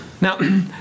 Now